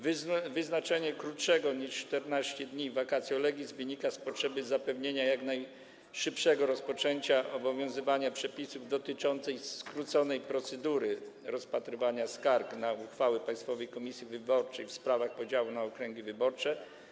Wyznaczenie krótszego niż 14 dni vacatio legis wynika z potrzeby zapewnienia jak najszybszego rozpoczęcia obowiązywania przepisów dotyczących skróconej procedury rozpatrywania skarg na uchwały Państwowej Komisji Wyborczej w sprawach podziału na okręgi wyborcze.